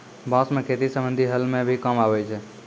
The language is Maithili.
बांस सें खेती संबंधी हल म भी काम आवै छै